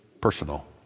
personal